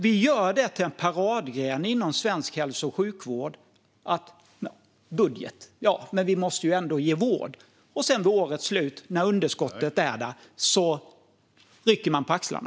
Vi gör det till en paradgren inom svensk hälso och sjukvård att tänka: Det finns en budget, men vi måste ändå ge vård. Vid årets slut, när underskottet är där, rycker man på axlarna.